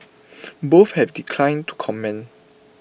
both have declined to comment